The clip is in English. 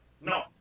No